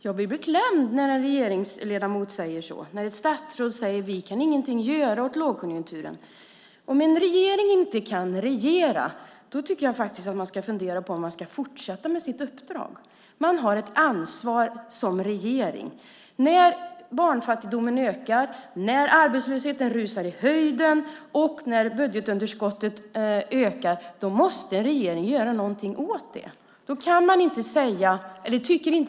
Jag blir beklämd när en regeringsledamot säger så och när ett statsråd säger: Vi kan ingenting göra åt lågkonjunkturen. Om en regering inte kan regera tycker jag faktiskt att man ska fundera på om man ska fortsätta med sitt uppdrag. Man har ett ansvar som regering. När barnfattigdomen ökar, när arbetslösheten rusar i höjden och när budgetunderskottet ökar måste en regering göra någonting åt det. Då tycker inte jag att man kan säga så.